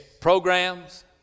programs